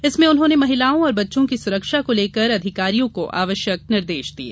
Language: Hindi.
इसमें उन्होंने महिलाओं और बच्चों की सुरक्षा को लेकर अधिकारियों को आवश्यक निर्देश दिये